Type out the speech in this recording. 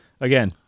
again